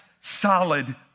solid